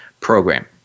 Program